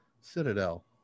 Citadel